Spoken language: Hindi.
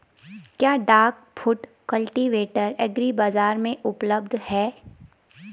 क्या डाक फुट कल्टीवेटर एग्री बाज़ार में उपलब्ध है?